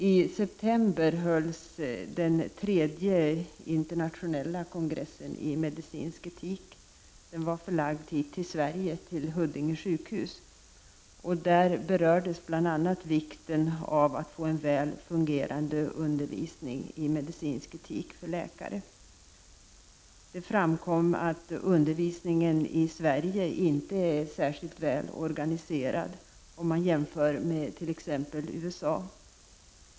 I september hölls den tredje internationella kongressen i medicinsk etik. I år var den förlagd till Sverige, närmare bestämt till Huddinge sjukhus. Där berördes bl.a. vikten av att vi får en väl fungerande undervisning i medicinsk etik. Det framkom att undervisningen i Sverige inte är särskilt väl organiserad om man jämför med t.ex. USA.